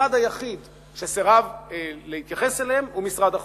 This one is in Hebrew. והמשרד היחיד שסירב להתייחס אליהם הוא משרד החוץ.